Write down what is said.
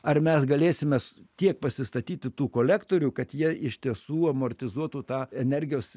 ar mes galėsime mes tiek pasistatyti tų kolektorių kad jie iš tiesų amortizuotų tą energijos